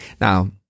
Now